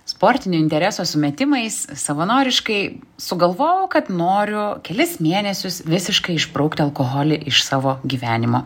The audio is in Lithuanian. sportinio intereso sumetimais savanoriškai sugalvojau kad noriu kelis mėnesius visiškai išbraukti alkoholį iš savo gyvenimo